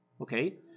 Okay